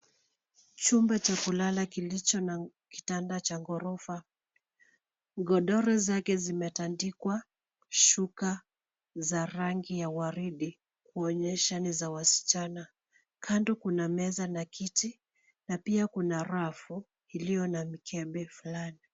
Chumba cha kulala kilicho na kitanda cha ghorofa. Godoro zake zimetandikwa shuka za rangi ya waridi kuonyesha ni za wasichana. Kando kuna meza na kiti na pia kuna rafu iliyo na mikebe fulani.